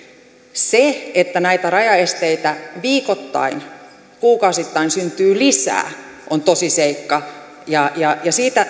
se että näitä rajaesteitä viikoittain kuukausittain syntyy lisää on tosiseikka siitä